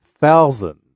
Thousand